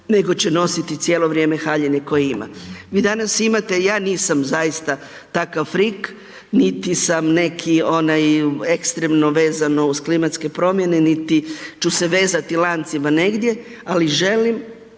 nego će nositi cijelo vrijeme haljine koje ima. Vi danas imate, ja nisam zaista takav frik, niti sam neki onaj ekstremno vezano uz klimatske promjene, niti ću se vezati lancima negdje ali želim